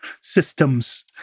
systems